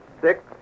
six